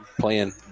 playing